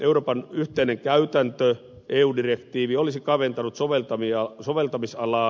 euroopan yhteinen käytäntö eu direktiivi olisi kaventanut soveltamisalaa